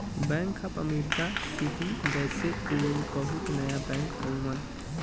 bank of America, Citi, Deutsche कुल बहुते नया बैंक हउवन